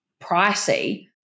pricey